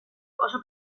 oso